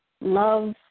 love